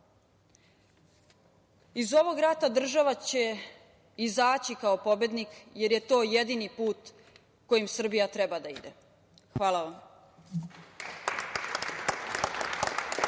ovog rata država će izaći kao pobednik jer je to jedini put kojim Srbija treba da ide. Hvala vam.